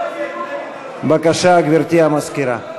בבקשה, גברתי המזכירה.